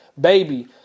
baby